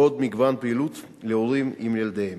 ועוד מגוון פעילויות להורים עם ילדיהם.